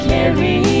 Carry